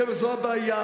חבר'ה, זו הבעיה